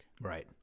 right